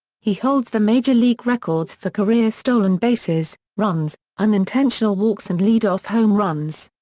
he holds the major league records for career stolen bases, runs, unintentional walks and leadoff home runs.